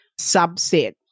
subset